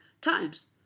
times